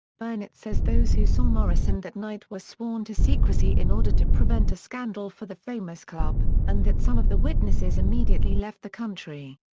bernett says those who saw morrison that night were sworn to secrecy in order to prevent a scandal for the famous club, and that some of the witnesses immediately left the country.